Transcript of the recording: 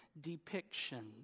depiction